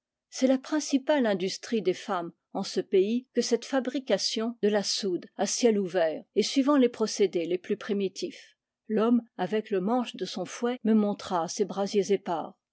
c'est la principale industrie des femmes en ce pays que cette fabrication de la soude à ciel ouvert et suivant les procédés les plus primitifs l'homme avec le manche de son fouet me montra ces